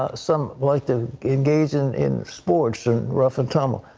ah some like to engage in in sports and rough and tumble.